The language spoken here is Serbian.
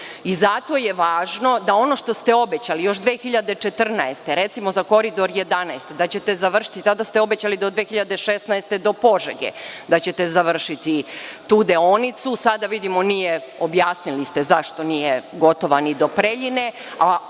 Zato je važno da ono što ste obećali još 2014. godine, recimo, za Koridor 11, da ćete završiti… Tada ste obećali da ćete do 2016. godine do Požege završiti tu deonicu. Sada vidimo nije, objasnili ste zašto nije gotova ni do Preljine,